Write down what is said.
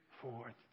forth